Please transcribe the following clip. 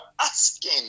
asking